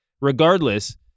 regardless